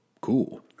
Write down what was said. cool